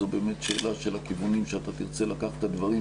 זו באמת שאלה של הכיוונים שאתה תרצה לקחת את הדברים,